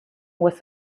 was